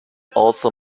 also